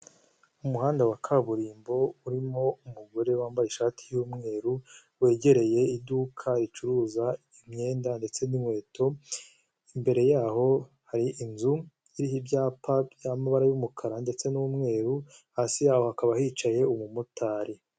Umuhanda wa kaburimbo urimo umugore wambaye ishati y'umweru wegereye iduka ricuruza imyenda ndetse n'inkweto, imbere yaho hari inzu iriho ibyapa by'amabara y'umukara ndetse n'umweru hasi yaho hakaba hicaye umumotari.